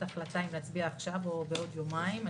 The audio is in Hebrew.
את ההחלטה האם להצביע עכשיו או בעוד יומיים.